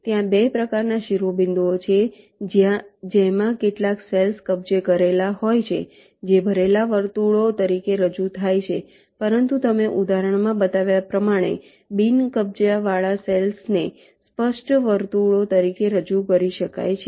ત્યાં 2 પ્રકારના શિરોબિંદુઓ છે જેમાં કેટલાક સેલ્સ કબજે કરેલા હોય છે જે ભરેલા વર્તુળો તરીકે રજૂ થાય છે પરંતુ તમે ઉદાહરણ બતાવ્યા પ્રમાણે બિન કબજાવાળા સેલ્સ ને સ્પષ્ટ વર્તુળો તરીકે રજૂ કરી શકાય છે